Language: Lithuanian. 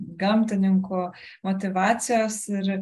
gamtininkų motyvacijos ir